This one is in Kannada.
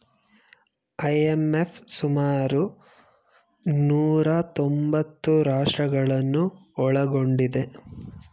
ಐ.ಎಂ.ಎಫ್ ಸುಮಾರು ನೂರಾ ತೊಂಬತ್ತು ರಾಷ್ಟ್ರಗಳನ್ನು ಒಳಗೊಂಡಿದೆ